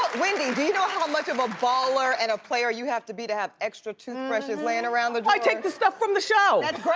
wendy, do you know how much of a baller and a player you have to be to have extra toothbrushes laying around the drawers? i take the stuff from the show.